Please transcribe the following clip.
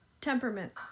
temperament